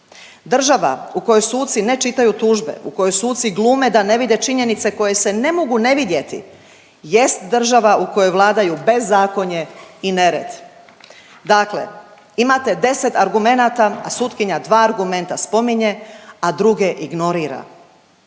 Država u kojoj suci ne čitaju tužbe, u kojoj suci glume da ne vide činjenice koje se ne mogu ne vidjeti jest država u kojoj vladaju bezakonje i nered. Dakle, imate 10 argumenata, a sutkinja 2 argumente spominje, a druge ignorira,